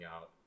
out